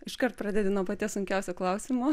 iškart pradedi nuo paties sunkiausio klausimo